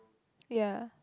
ya